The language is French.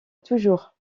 toujours